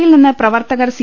യിൽനിന്ന് പ്രവർത്തകർ സി